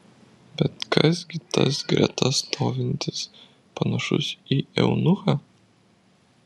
bet kas gi tas greta stovintis panašus į eunuchą